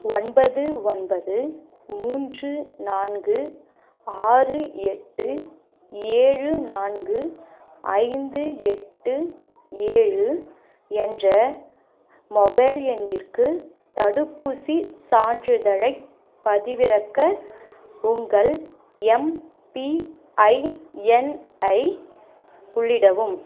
ஒன்பது ஒன்பது மூன்று நான்கு ஆறு எட்டு ஏழு நான்கு ஐந்து எட்டு ஏழு என்ற மொபைல் எண்ணிற்கு தடுப்பூசிச் சான்றிதழைப் பதிவிறக்க உங்கள் எம்பிஐஎன்ஐ உள்ளிடவும்